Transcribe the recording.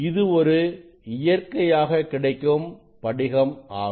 இது ஒரு இயற்கையாக கிடைக்கும் படிகம் ஆகும்